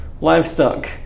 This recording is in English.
livestock